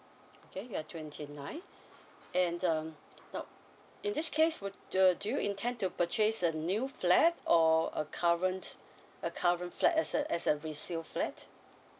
okay you are twenty nine and um nope in this case would do you intend to purchase a new flat or a current a current flat as a as a resale flat